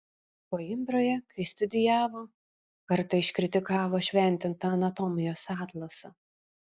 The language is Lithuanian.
koimbroje kai studijavo kartą iškritikavo šventintą anatomijos atlasą